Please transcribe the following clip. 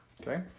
Okay